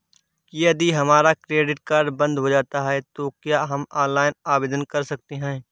यदि हमारा credit card बंद हो जाता है तो क्या हम ऑनलाइन आवेदन कर सकते हैं?